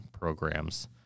programs